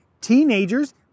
teenagers